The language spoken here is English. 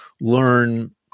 learn